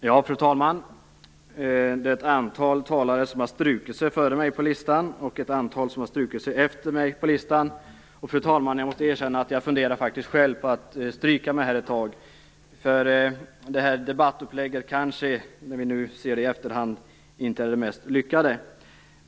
Fru talman! Det är ett antal talare som strukit sig före mig på listan, och ett antal som har strukit sig efter mig på listan. Jag måste erkänna att jag själv ett tag funderade på att stryka mig. Det här debattupplägget kanske inte är det mest lyckade.